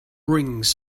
rings